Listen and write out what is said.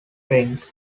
drink